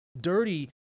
dirty